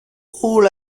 all